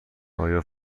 آیا